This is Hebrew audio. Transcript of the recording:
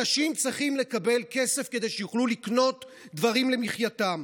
אנשים צריכים לקבל כסף כדי שיוכלו לקנות דברים למחייתם.